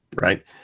Right